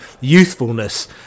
youthfulness